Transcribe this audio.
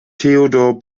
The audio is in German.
theodor